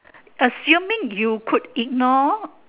assuming you could ignore